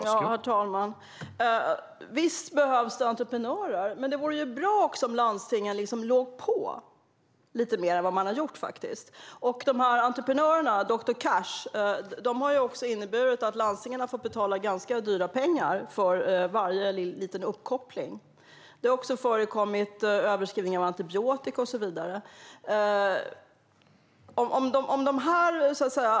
Herr talman! Visst behövs det entreprenörer, men det vore bra om landstingen låg på lite mer än vad de har gjort. Dessa entreprenörer, doktor Cash, har också inneburit att landstingen har fått betala ganska mycket pengar för varje liten uppkoppling. Det har förekommit överförskrivning av antibiotika och så vidare.